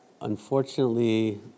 Unfortunately